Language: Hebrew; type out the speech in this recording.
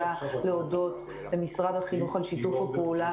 להודות למשרד החינוך על שיתוף הפעולה.